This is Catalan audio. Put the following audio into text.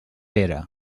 pere